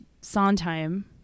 Sondheim